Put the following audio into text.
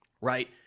right